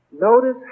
Notice